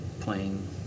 playing